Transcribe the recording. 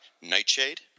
Nightshade